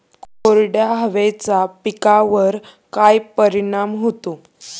कोरड्या हवेचा पिकावर काय परिणाम होतो?